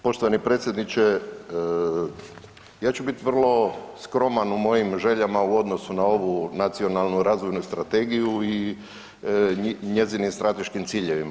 Poštovani predsjedniče, ja ću biti vrlo skroman u mojim željama u odnosu na ovu Nacionalnu razvojnu strategiju i njezinim strateškim ciljevima.